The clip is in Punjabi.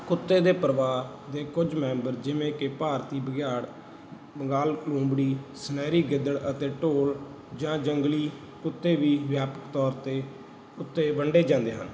ਕੁੱਤੇ ਦੇ ਪਰਿਵਾਰ ਦੇ ਕੁਝ ਮੈਂਬਰ ਜਿਵੇਂ ਕਿ ਭਾਰਤੀ ਬਘਿਆੜ ਬੰਗਾਲ ਲੂੰਬੜੀ ਸੁਨਹਿਰੀ ਗਿੱਦੜ ਅਤੇ ਢੋਲ ਜਾਂ ਜੰਗਲੀ ਕੁੱਤੇ ਵੀ ਵਿਆਪਕ ਤੌਰ ਤੇ ਉੱਤੇ ਵੰਡੇ ਜਾਂਦੇ ਹਨ